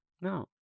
No